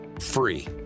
free